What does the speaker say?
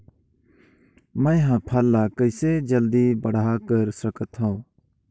मैं ह फल ला कइसे जल्दी बड़ा कर सकत हव?